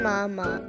Mama